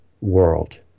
world